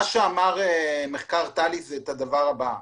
מה שאמר מחקר טאליס זה הדבר הבא: